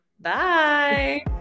Bye